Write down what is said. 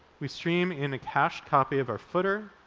we stream in a cached copy of our footer,